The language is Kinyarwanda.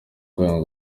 kwanga